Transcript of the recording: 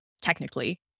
technically